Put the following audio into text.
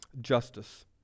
justice